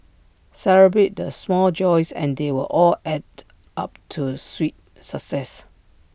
celebrate the small joys and they will all add to up to sweet success